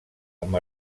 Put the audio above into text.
amb